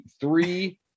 three